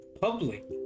public